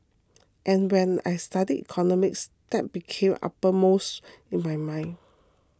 and when I studied economics that became uppermost in my mind